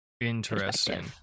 Interesting